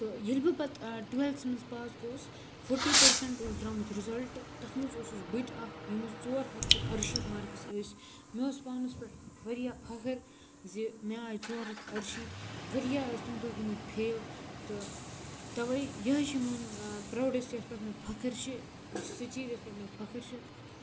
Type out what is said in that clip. تہٕ ییٚلہِ بہٕ پَتہٕ ٹُوٮ۪لتھَس منٛز پاس گووُس فوٹی پٔرسنٛٹ اوس درٛامُت رِزَلٹ تَتھ منٛز اوسُس بہٕ تہِ اَکھ یٔمِس ژور ہَتھ تہٕ اَرشیٖتھ مارکٕس ٲسۍ مےٚ اوس پانَس پٮ۪ٹھ واریاہ فخر زِ مےٚ آے ژور ہَتھ اَرشیٖتھ واریاہ ٲسۍ تَمہِ دۄہ گٔمٕتۍ فیل تہٕ تَوَے یِہٕے چھِ میون پرٛاوڈٮ۪سٹ یَتھ پٮ۪ٹھ مےٚ فخر چھِ سُہ چیٖز یَتھ پٮ۪ٹھ مےٚ فخر چھِ